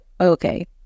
okay